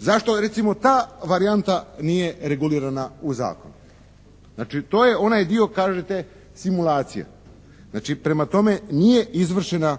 Zašto je recimo ta varijanta nije regulirana u zakonu? Znači to je onaj dio kažete simulacija. Prema tome, nije izvršena